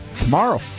tomorrow